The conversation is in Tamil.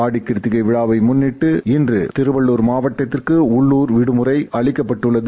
ஆடிக்கிருத்திகை விழாவை முன்னிட்டு இன்று திருவள்ளுவர் மாவட்டத்திற்கு உள்ளுர் விடுமுறை அளிக்கப்பட்டுள்ளது